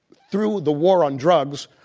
through the war on drugs,